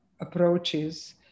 approaches